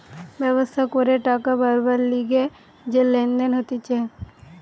ব্যবসা করে টাকা বারবার লিগে যে লেনদেন হতিছে